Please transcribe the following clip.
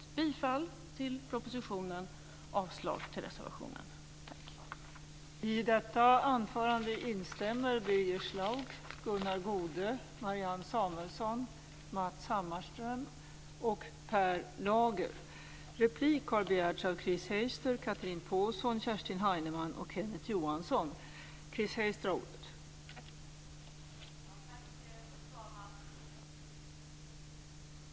Jag yrkar bifall till propositionen och avslag på reservationen.